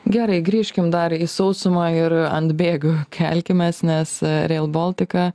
gerai grįžkim dar į sausumą ir ant bėgių kelkimės nes rail baltica